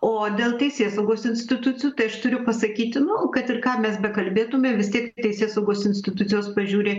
o dėl teisėsaugos institucijų tai aš turiu pasakyti nu kad ir ką mes bekalbėtume vis tiek teisėsaugos institucijos pažiūri